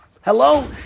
hello